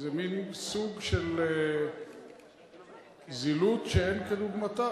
איזה מין סוג של זילות שאין כדוגמתה,